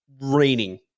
raining